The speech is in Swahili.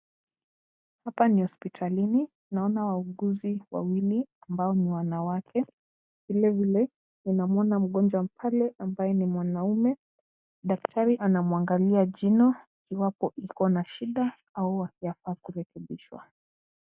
Hapa ni hospitalini, naona wauguzi wawili ambao ni wanawake. Vile vile ninamwona mgonjwa pale ambaye ni mwamamume. Daktari anamwangalia jino iwapo liko na shida au wapi yafaa kurekebishwa.